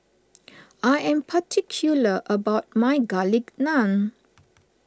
I am particular about my Garlic Naan